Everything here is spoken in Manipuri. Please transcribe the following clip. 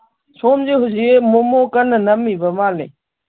ꯁꯣꯝꯁꯤ ꯍꯧꯖꯤꯛ ꯃꯣꯃꯣ ꯀꯟꯅ ꯅꯝꯃꯤꯕ ꯃꯥꯜꯂꯤ